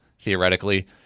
theoretically